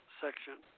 section